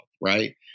right